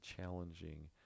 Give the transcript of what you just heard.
challenging